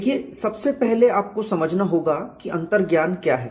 देखिए सबसे पहले आपको समझना होगा कि अंतर्ज्ञान क्या है